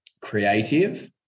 creative